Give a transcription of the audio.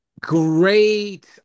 Great